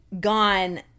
gone